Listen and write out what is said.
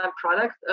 product